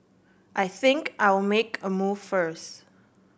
I think I'll make a move first